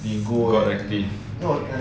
you go got active